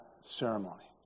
ceremony